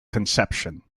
conception